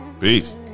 Peace